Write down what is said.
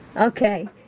Okay